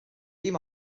dim